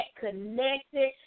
connected